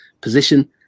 position